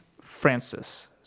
Francis